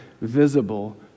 visible